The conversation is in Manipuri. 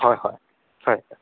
ꯍꯣꯏ ꯍꯣꯏ ꯐꯔꯦ ꯐꯔꯦ